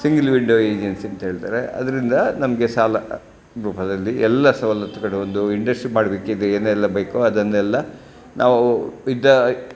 single window agency ಅಂತ ಹೇಳ್ತಾರೆ ಅದರಿಂದ ನಮಗೆ ಸಾಲ ರೂಪದಲ್ಲಿ ಎಲ್ಲ ಸವಲತ್ತುಗಳು ಒಂದು ಇಂಡಸ್ಟ್ರಿ ಮಾಡಬೇಕಿದ್ದರೆ ಏನೆಲ್ಲ ಬೇಕು ಅದನ್ನೆಲ್ಲ ನಾವು ಇದ್ದ